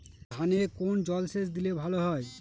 ধানে কোন জলসেচ দিলে ভাল হয়?